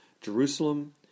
Jerusalem